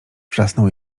wrzasnął